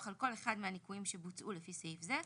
על כל אחד מהניכויים שבוצעו לפי סעיף זה,